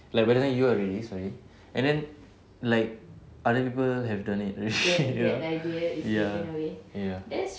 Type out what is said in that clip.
like by the time you are ready sorry and then like other people have done it already you know ya ya